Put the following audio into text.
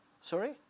Sorry